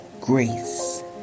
Grace